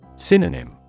Synonym